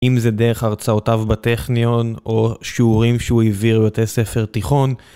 אם זה דרך הרצאותיו בטכניון או שיעורים שהוא העביר בבתי ספר תיכון.